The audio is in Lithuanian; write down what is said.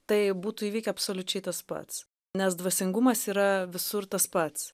tai būtų įvykę absoliučiai tas pats nes dvasingumas yra visur tas pats